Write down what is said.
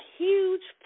huge